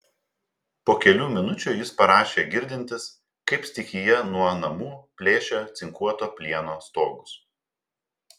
po kelių minučių jis parašė girdintis kaip stichija nuo namų plėšia cinkuoto plieno stogus